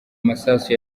masasu